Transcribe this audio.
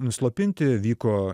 nuslopinti vyko